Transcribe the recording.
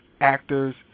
actors